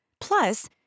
Plus